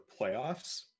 playoffs